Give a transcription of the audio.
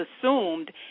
assumed